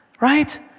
right